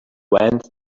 went